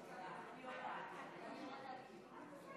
הצעת חוק זכויות נפגעי עבירה (תיקון מס'